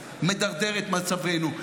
מדרדר את מצבנו.